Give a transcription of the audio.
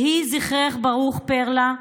יהי זכרך ברוך, פרלה.